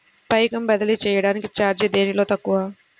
పైకం బదిలీ చెయ్యటానికి చార్జీ దేనిలో తక్కువ?